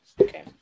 Okay